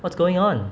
what's going on